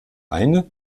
eine